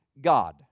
God